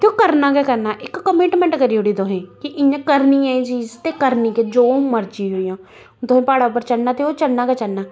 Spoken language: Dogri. ते ओह् करना गै करना ऐ इक कमैंटमैंट करी ओड़ी तुसें कि इ'यां करनी ऐ एह् चीज ते करनी कि जो मर्जी होई जा तुसें प्हाड़ा उप्पर चढ़ना ऐ ते ओह् चढ़ना गै चढ़ना ऐ